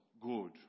good